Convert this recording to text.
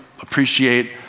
appreciate